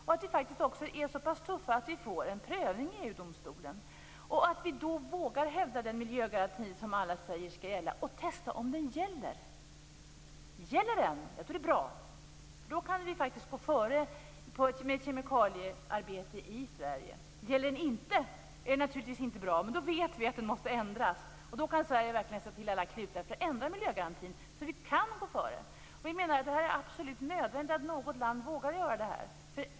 Vi måste faktiskt också vara så pass tuffa att vi får en prövning i EU domstolen och då våga hävda den miljögaranti som alla säger skall gälla och testa om den gäller. Gäller den är det bra. Då kan vi faktiskt gå före med ett kemikaliearbete i Sverige. Gäller den inte är det naturligtvis inte bra. Men då vet vi att den måste ändras, och Sverige kan verkligen sätta till alla klutar för att ändra miljögarantin, så att vi kan gå före. Vi menar att det är absolut nödvändigt att något land vågar göra det här.